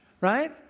right